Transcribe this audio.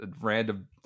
random